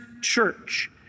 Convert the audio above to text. church